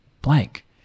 blank